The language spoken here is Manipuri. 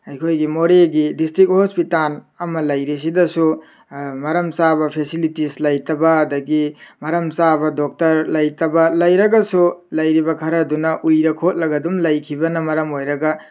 ꯑꯩꯈꯣꯏꯒꯤ ꯃꯣꯔꯦꯒꯤ ꯗꯤꯁꯇ꯭ꯔꯤꯛ ꯍꯣꯁꯄꯤꯇꯥꯜ ꯑꯃ ꯂꯩꯔꯤꯁꯤꯗꯁꯨ ꯃꯔꯝ ꯆꯥꯕ ꯐꯦꯁꯤꯂꯤꯇꯤꯁ ꯂꯩꯇꯕ ꯑꯗꯒꯤ ꯃꯔꯝ ꯆꯥꯕ ꯗꯣꯛꯇꯔ ꯂꯩꯇꯕ ꯂꯩꯔꯒꯁꯨ ꯂꯩꯔꯤꯕ ꯈꯔꯗꯨꯅ ꯎꯏꯔ ꯈꯣꯠꯂꯒ ꯑꯗꯨꯝ ꯂꯩꯈꯤꯕꯅ ꯃꯔꯝ ꯑꯣꯏꯔꯒ